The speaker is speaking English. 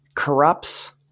corrupts